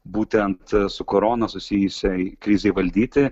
būtent su korona susijusiai krizei valdyti